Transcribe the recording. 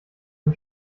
den